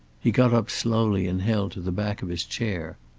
he got up slowly and held to the back of his chair.